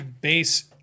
base